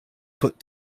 put